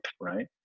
right